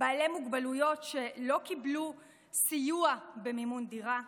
בעלי מוגבלויות שלא קיבלו סיוע במימון דירה,